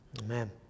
Amen